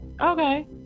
Okay